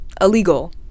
illegal